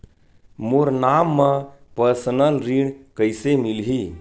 मोर नाम म परसनल ऋण कइसे मिलही?